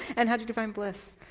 and how to define bliss?